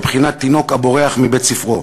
בבחינת תינוק הבורח מבית-ספרו.